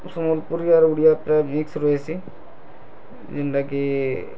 ସମ୍ବଲପୁରୀ ଆର୍ ଓଡ଼ିଆ ପୁରା ମିକ୍ସ ରହିଛି ଜେନ୍ଟାକି